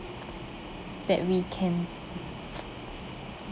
that we can